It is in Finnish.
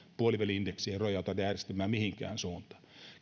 puoliväli indeksiero ei johda tätä järjestelmää mihinkään suuntaan